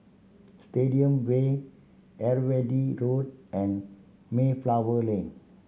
Stadium Way Irrawaddy Road and Mayflower Lane